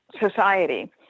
society